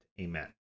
Amen